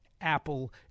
Apple